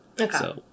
okay